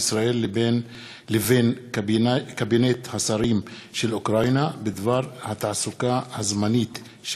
ישראל לבין קבינט השרים של אוקראינה בדבר התעסוקה הזמנית של